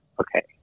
okay